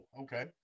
okay